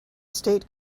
state